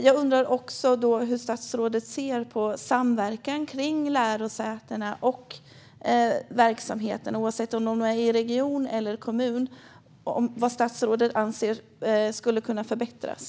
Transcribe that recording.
Jag undrar hur statsrådet ser på samverkan mellan lärosätena och verksamheterna oavsett om de är i regioner eller kommuner och vad statsrådet anser skulle kunna förbättras.